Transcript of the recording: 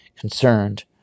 concerned